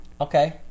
Okay